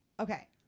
Okay